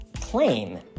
claim